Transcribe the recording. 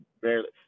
barely